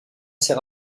ses